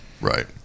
right